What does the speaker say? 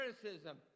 criticism